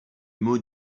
mots